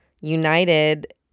united